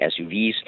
SUVs